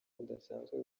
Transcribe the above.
budasanzwe